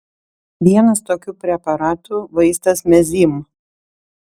vienas tokių preparatų vaistas mezym